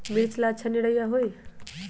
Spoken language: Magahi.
मिर्च ला अच्छा निरैया होई?